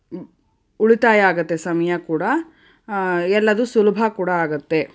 ಉಳಿತಾಯ ಆಗತ್ತೆ ಸಮಯ ಕೂಡ ಎಲ್ಲದು ಸುಲಭ ಕೂಡ ಆಗತ್ತೆ